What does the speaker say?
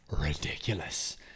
ridiculous